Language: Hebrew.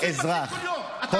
בינתיים הורסים בתים כל יום.